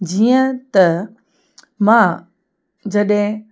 जीअं त मां जॾहिं